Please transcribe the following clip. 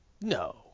No